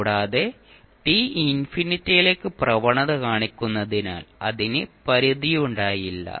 കൂടാതെ ടി ഇൻഫിനിറ്റിയിലേക്ക് പ്രവണത കാണിക്കുന്നതിനാൽ അതിന് പരിധിയുണ്ടാകില്ല